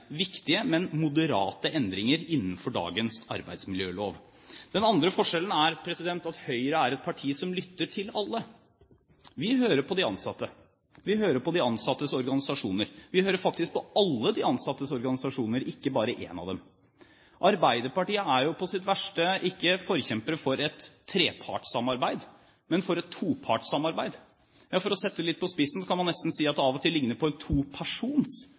viktige, men moderate endringer innenfor dagens arbeidsmiljølov. Den andre forskjellen er at Høyre er et parti som lytter til alle. Vi hører på de ansatte. Vi hører på de ansattes organisasjoner. Vi hører faktisk på alle de ansattes organisasjoner, ikke bare på én av dem. Arbeiderpartiet er jo på sitt verste ikke forkjempere for et trepartssamarbeid, men for et topartssamarbeid. For å sette det litt på spissen kan man nesten si at det